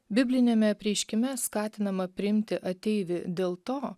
bibliniame apreiškime skatinama priimti ateivį dėl to